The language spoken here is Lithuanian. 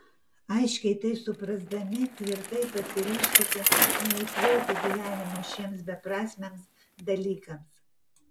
aiškiai tai suprasdami tvirtai pasiryžkite neeikvoti gyvenimo šiems beprasmiams dalykams